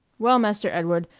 well, master edward,